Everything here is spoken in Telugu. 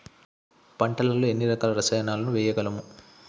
పంటలలో ఎన్ని రకాల రసాయనాలను వేయగలము?